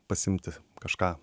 pasiimti kažką